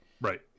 Right